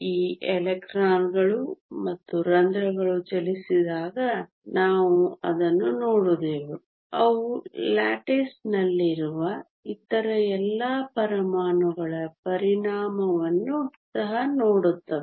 ಈ ಎಲೆಕ್ಟ್ರಾನ್ಗಳು ಮತ್ತು ರಂಧ್ರಗಳು ಚಲಿಸಿದಾಗ ನಾವು ಅದನ್ನು ನೋಡಿದೆವು ಅವು ಲ್ಯಾಟಿಸ್ನಲ್ಲಿರುವ ಇತರ ಎಲ್ಲಾ ಪರಮಾಣುಗಳ ಪರಿಣಾಮವನ್ನು ಸಹ ನೋಡುತ್ತವೆ